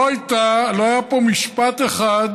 לא היה פה משפט אחד,